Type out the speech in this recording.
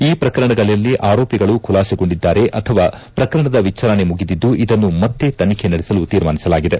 ಈ ಪ್ರಕರಣಗಳಲ್ಲಿ ಆರೋಪಿಗಳು ಖುಲಾಸೆಗೊಂಡಿದ್ದಾರೆ ಅಥವಾ ಪ್ರಕರಣದ ವಿಚಾರಣೆ ಮುಗಿದಿದ್ದು ಇದನ್ನು ಮತ್ತೆ ತನಿಖೆ ನಡೆಸಲು ತೀರ್ಮಾನಿಸಲಾಗಿದೆ